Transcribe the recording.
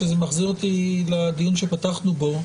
שזה מחזיר אותי לדיון שפתחנו בו,